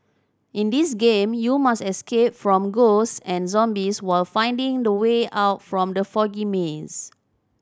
in this game you must escape from ghost and zombies while finding the way out from the foggy maze